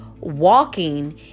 Walking